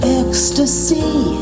ecstasy